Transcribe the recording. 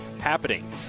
happening